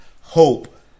Hope